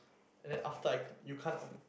and then after I you can't off